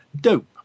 Dope